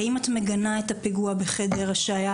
האם את מגנה את הפיגוע שהיה,